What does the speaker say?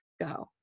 go